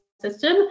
system